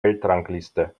weltrangliste